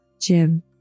Jim